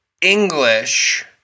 English